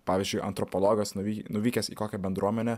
pavyzdžiui antropologas nuvy nuvykęs į kokią bendruomenę